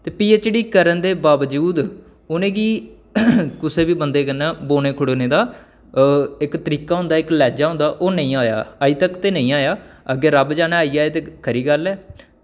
ते P H D करन दे वावजूद उ'नेंगी कुसै बबी बंदे कन्नै बौह्ने खड़ौने दा इक तरीका होंदा इक लैह्जा होंदा ओह् नेईं आया अज्ज तक ते नेईं आया अग्गें रब जानै आई जाए ते खरी गल्ल ऐ